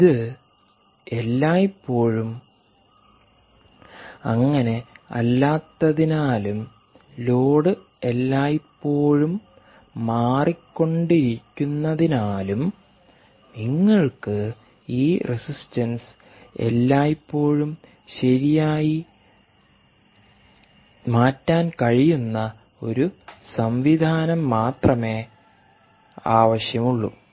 ഇത് എല്ലായ്പ്പോഴും അങ്ങനെയല്ലാത്തതിനാലും ലോഡ് എല്ലായ്പ്പോഴും മാറിക്കൊണ്ടിരിക്കുന്നതിനാലും നിങ്ങൾക്ക് ഈ റെസിസ്റ്റൻസ് എല്ലായ്പ്പോഴും ശരിയായി മാറ്റാൻ കഴിയുന്ന ഒരു സംവിധാനം മാത്രമേ ആവശ്യമുള്ളൂ